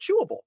chewable